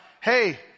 hey